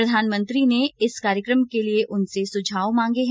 प्रधानमंत्री ने लोगों से इस कार्यक्रम के लिए उनके सुझाव मांगे है